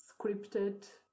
scripted